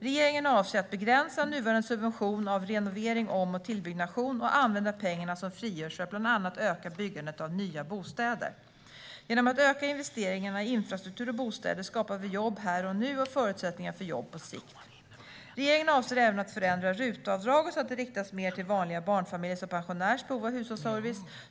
Regeringen avser att begränsa nuvarande subvention av renovering, om och tillbyggnation och använda pengarna som frigörs för att bland annat öka byggandet av nya bostäder. Genom att öka investeringarna i infrastruktur och bostäder skapar vi jobb här och nu och förutsättningar för jobb på sikt. Regeringen avser även att förändra RUT-avdraget så att det riktas mer till vanliga barnfamiljers och pensionärers behov av hushållsservice.